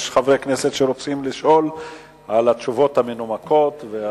יש חברי כנסת שרוצים לשאול על התשובות המנומקות?